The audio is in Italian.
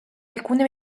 alcune